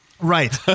Right